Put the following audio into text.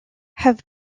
have